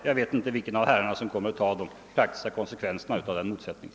Jag vet inte vilken av herrarna som kommer att ta de faktiska konsekvenserna av den motsättningen.